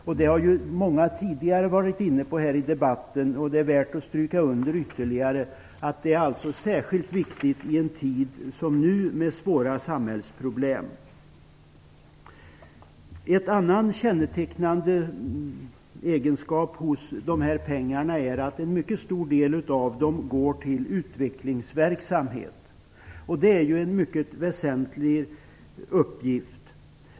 Många har tidigare i debatten varit inne på det, och det är värt att styrka under ytterligare. Det är särskilt viktigt i en tid som nu med svåra samhällsproblem. Ett annan kännetecknande egenskap hos dessa pengar är att en mycket stor del av dem går till utvecklingsverksamhet. Det är en mycket väsentlig uppgift.